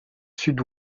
sud